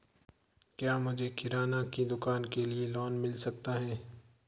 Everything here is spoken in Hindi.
क्या मुझे किराना की दुकान के लिए लोंन मिल सकता है?